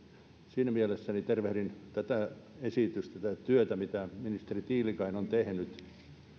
siinä mielessä tervehdin tyydytyksellä tätä esitystä tätä työtä mitä ministeri tiilikainen on tehnyt